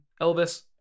Elvis